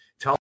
tell